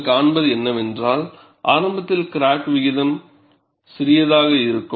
நீங்கள் காண்பது என்னவென்றால் ஆரம்பத்தில் கிராக் வளர்ச்சி விகிதம் சிறியதாக இருக்கும்